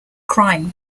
crime